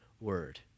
word